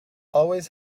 always